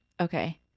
Okay